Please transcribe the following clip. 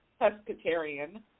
pescatarian